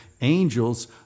angels